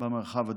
במרחב הדיגיטלי.